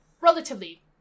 relatively